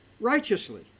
righteously